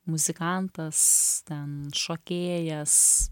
muzikantas ten šokėjas